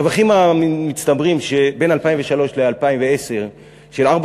הרווחים המצטברים בין 2003 ל-2010 של ארבע